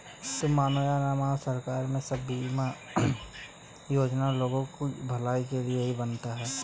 तुम मानो या न मानो, सरकार ये सब बीमा योजनाएं लोगों की भलाई के लिए ही बनाती है